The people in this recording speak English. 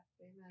Amen